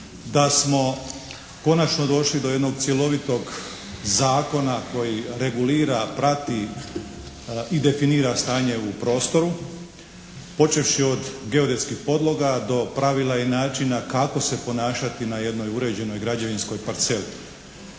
da smo konačno došli do jednog cjelovitog zakona koji regulira, prati i definira stanje u prostoru počevši od geodetskih podloga do pravila i načina kako se ponašati na jednoj uređenoj građevinskoj parceli.